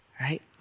right